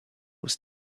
was